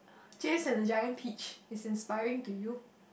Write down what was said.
James-and-the-Giant-Peach is inspiring to you